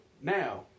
now